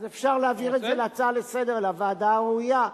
אפשר להעביר את זה כהצעה לסדר לוועדה הראויה,